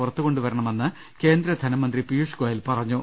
പുറത്തുകൊണ്ടുവരണമെന്ന് കേന്ദ്ര ധനമന്ത്രി പീയുഷ് ഗോയൽ പറ ഞ്ഞു